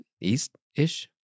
east-ish